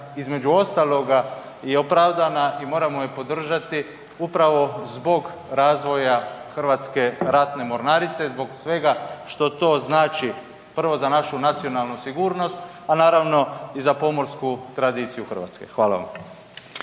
između ostaloga je opravdana i moramo je podržati upravo zbog razvoja HRM-a, zbog svega što to znači, prvo za našu nacionalnu sigurnost, a naravno i za pomorsku tradiciju RH. Hvala vam.